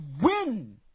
win